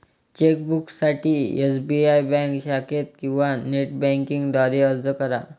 चेकबुकसाठी SBI bank शाखेत किंवा नेट बँकिंग द्वारे अर्ज करा